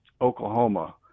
Oklahoma